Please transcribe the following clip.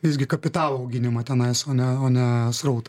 visgi kapitalo auginimą tenai o ne o ne srautą